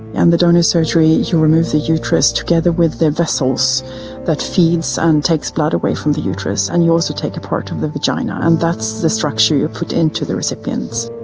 and the donor surgery to remove the uterus together with their vessels that feeds, and takes blood away from the uterus, and you also take a part of the vagina, and that's the structure you put into the recipient.